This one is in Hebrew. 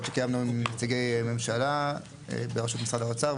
שקיימנו עם נציגי ממשלה בראשות משרד האוצר.